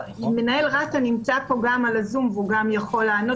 מנהל רת"א נמצא פה בזום והוא גם יכול לענות.